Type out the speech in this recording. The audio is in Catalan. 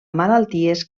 malalties